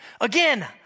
Again